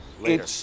later